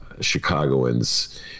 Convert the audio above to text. chicagoans